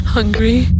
Hungry